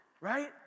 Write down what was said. Right